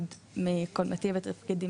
עוד עם קודמתי ליז.